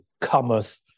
cometh